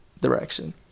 direction